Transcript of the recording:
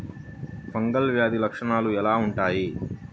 Fungal వ్యాధి లక్షనాలు ఎలా వుంటాయి?